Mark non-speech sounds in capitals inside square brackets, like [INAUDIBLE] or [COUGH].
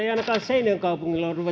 [UNINTELLIGIBLE] ei ainakaan seinäjoen kaupungilla ole